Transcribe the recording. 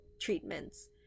treatments